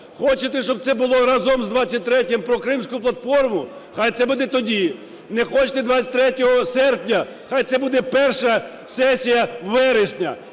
Хочете, щоб це було разом з 23-м про "Кримську платформу" – хай це буде тоді, не хочете 23 серпня – хай це буде перша сесія вересня.